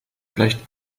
gleicht